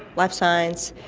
life science,